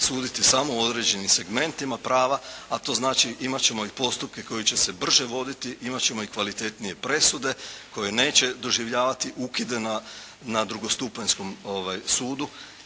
suditi samo u određenim segmentima prava a to znači imat ćemo i postupke koji će se brže voditi, imat ćemo i kvalitetnije presude koje neće doživljavati ukide na drugostupanjskom sudu,